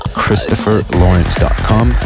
christopherlawrence.com